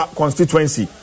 constituency